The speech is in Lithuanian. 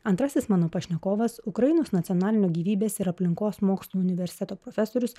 antrasis mano pašnekovas ukrainos nacionalinio gyvybės ir aplinkos mokslų universiteto profesorius